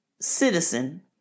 citizen